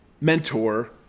mentor